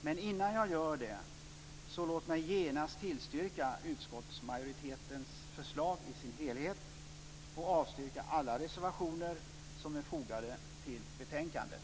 Men innan jag gör det, så låt mig genast bifalla utskottsmajoritetens förslag i sin helhet och avslå alla reservationer som är fogade till betänkandet.